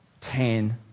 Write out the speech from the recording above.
ten